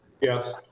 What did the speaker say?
Yes